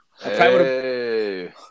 Hey